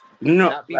No